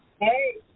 Hey